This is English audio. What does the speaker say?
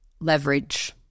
Leverage